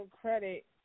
credit